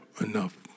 enough